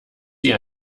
sie